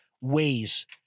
ways